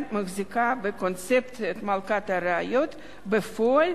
מחזיקה בקונספציית "מלכת הראיות" בפועל,